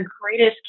greatest